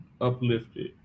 uplifted